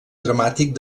dramàtic